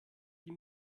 die